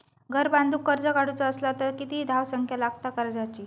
घर बांधूक कर्ज काढूचा असला तर किती धावसंख्या लागता कर्जाची?